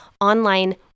online